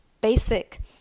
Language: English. basic